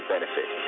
benefit